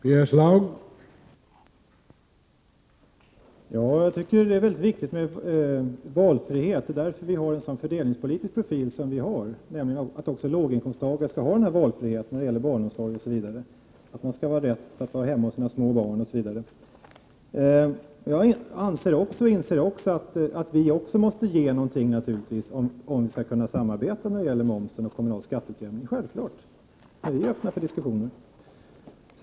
Herr talman! Jag tycker att det är väldigt viktigt med valfrihet. Det är därför vår skattepolitik har en sådan fördelningspolitisk profil att även låginkomsttagare skall ha valfrihet, t.ex. när det gäller barnomsorg — man skall ha rätt att vara hemma hos små barn, osv. Jag inser att vi naturligtvis också måste ge någonting, om vi skall kunna samarbeta när det gäller momsen och den kommunala skatteutjämningen. Självfallet är vi öppna för diskussioner.